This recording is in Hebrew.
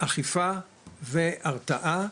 אכיפה והרתעה.